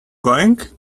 going